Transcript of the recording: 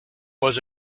was